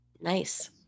nice